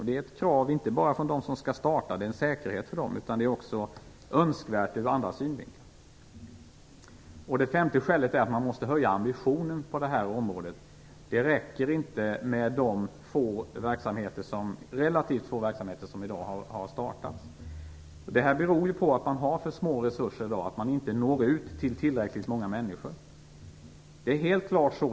Det är ett krav inte bara från dem som skall starta företag och en säkerhet för dem utan också önskvärt ur andra synvinklar. Det femte skälet är att man måste höja ambitionen på det här området. Det räcker inte med de relativt få verksamheter som i dag har startats. Det beror på att man i dag har för små resurser så att man når ut till tillräckligt många människor. Det är helt klart så.